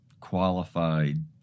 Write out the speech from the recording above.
qualified